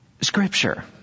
Scripture